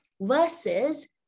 versus